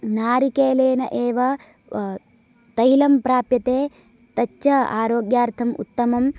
नारिकेलेन एव तैलं प्राप्यते तच्च आरोग्यार्थम् उत्तमम्